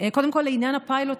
קודם כול לעניין הפיילוט,